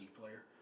player